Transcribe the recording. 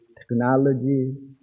technology